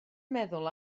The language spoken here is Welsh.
meddwl